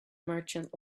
merchant